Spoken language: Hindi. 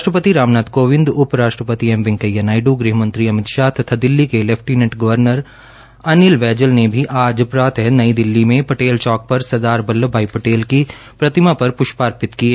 राष्ट्रपअति रामनाथ कोविंद उप राष्ट्रपति एम वैंकेया नायड गृह मंत्री अमित शाह तथा दिल्ली के लेफटीनेंट गर्वनर अमित बैजल ने भी आज प्रातः नई दिल्ली में पटेल चौंक पर सरदार वल्लभ भाई पटेल की प्रतिमा पर पुष्पार्पित किए